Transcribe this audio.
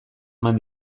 eman